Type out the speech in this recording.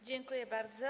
Dziękuję bardzo.